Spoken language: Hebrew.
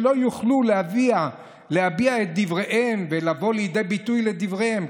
שלא יוכלו להביע את דבריהם ולבוא לידי ביטוי בדבריהם.